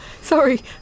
sorry